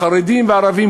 החרדים והערבים,